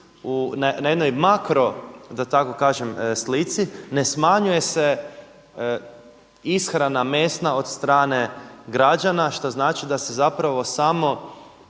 da tako kažem slici ne smanjuje se ishrana mesna od strane građana, što znači da se samo